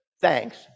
Thanks